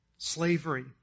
Slavery